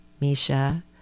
Misha